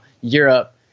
Europe